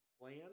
plan